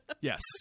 Yes